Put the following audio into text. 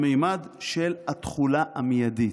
הממד של התחולה המיידית.